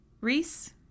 Reese